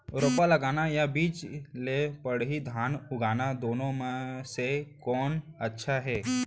रोपा लगाना या बीज से पड़ही धान उगाना दुनो म से कोन अच्छा हे?